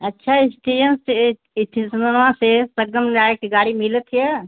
अच्छा इस्टेयन से इस्टेसनवा से संगम जाए के गाड़ी मिलाथेया